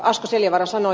asko seljavaara sanoi